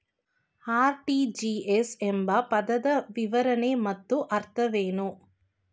RTGS ಎಂಬ ಪದದ ವಿವರಣೆ ಮತ್ತು ಅರ್ಥವೇನು?